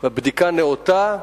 והבדיקה הנאותה,